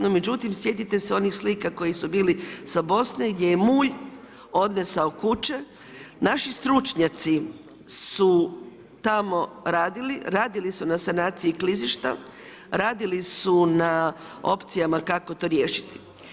No, međutim, sjetite se onih slika koji su bili sa Bosne gdje je mulj odnesao kuće, naši stručnjaci su tamo radili, radili su na sanaciju klizišta, radili su na opcijama kako to riješiti.